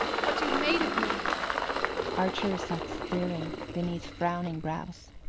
what you've made of me archer sat staring beneath frowning brows.